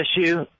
issue